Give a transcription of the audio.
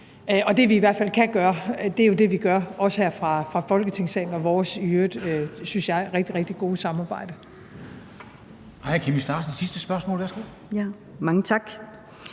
Og det, vi i hvert fald kan gøre, er jo det, vi gør også her fra Folketingssalen og ved vores i øvrigt, synes jeg, rigtig, rigtig gode samarbejde. Kl. 13:12 Formanden (Henrik Dam Kristensen): Aaja